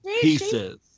pieces